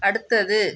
அடுத்தது